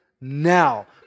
now